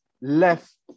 left